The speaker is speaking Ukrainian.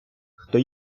хто